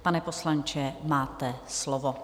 Pane poslanče, máte slovo.